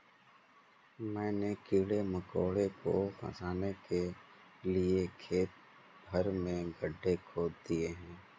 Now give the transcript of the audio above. मैंने कीड़े मकोड़ों को फसाने के लिए खेत भर में गड्ढे खोद दिए हैं